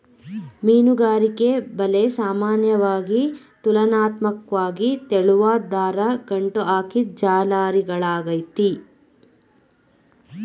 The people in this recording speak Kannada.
ಮೀನುಗಾರಿಕೆ ಬಲೆ ಸಾಮಾನ್ಯವಾಗಿ ತುಲನಾತ್ಮಕ್ವಾಗಿ ತೆಳುವಾದ್ ದಾರನ ಗಂಟು ಹಾಕಿದ್ ಜಾಲರಿಗಳಾಗಯ್ತೆ